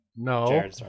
No